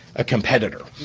a competitor.